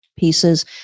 Pieces